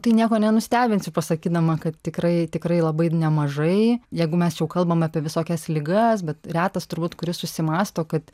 tai nieko nenustebinsiu pasakydama kad tikrai tikrai labai nemažai jeigu mes jau kalbam apie visokias ligas bet retas turbūt kuris susimąsto kad